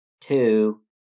Two